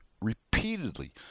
repeatedly